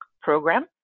program